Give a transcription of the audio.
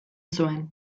zuen